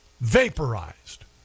vaporized